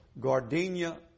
Gardenia